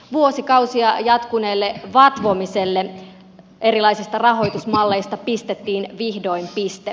vuosikausia jatkuneelle vatvomiselle erilaisista rahoitusmalleista pistettiin vihdoin piste